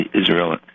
Israel